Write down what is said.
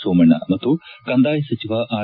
ಸೋಮಣ್ಣ ಮತ್ತು ಕಂದಾಯ ಸಚಿವ ಆರ್